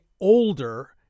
older